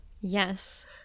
Yes